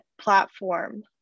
platform